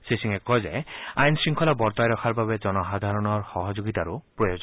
শ্ৰীসিঙে কয় যে আইন শৃংখলা বৰ্তাই ৰখাৰ বাবে জনসাধাৰণৰ সহযোগিতাৰো প্ৰয়োজন